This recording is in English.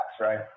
right